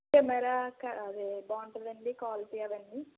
camera క్ అది బావుంటుందా అండి క్వాలిటీ అవన్నీ